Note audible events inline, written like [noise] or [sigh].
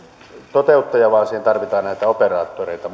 toteuttaja vaan siinä tarvitaan näitä operaattoreita [unintelligible]